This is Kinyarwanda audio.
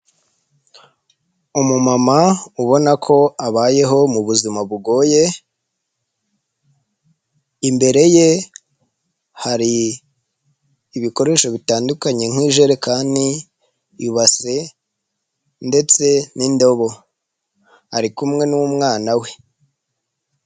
Umumama ubona ko abayeho mu buzima bugoye, imbere ye hari ibikoresho bitandukanye nk'ijerekani, ibase ndetse n'indobo ari kumwe n'umwana we.